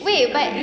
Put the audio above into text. wait but